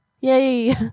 yay